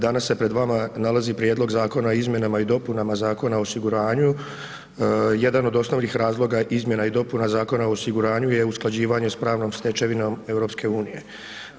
Danas se pred vama nalazi Prijedlog zakona o izmjenama i dopunama Zakona o osiguranju, jedan od osnovnih razloga izmjena i dopuna Zakona o osiguranju je usklađivanje s pravnom stečevinom EU-e.